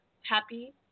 happy